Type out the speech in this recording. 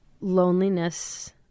Loneliness